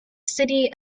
city